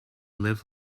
live